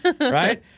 right